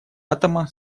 атома